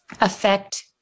affect